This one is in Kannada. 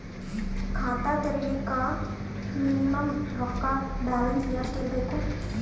ಖಾತಾ ತೇರಿಲಿಕ ಮಿನಿಮಮ ರೊಕ್ಕ ಬ್ಯಾಲೆನ್ಸ್ ಎಷ್ಟ ಇರಬೇಕು?